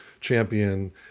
champion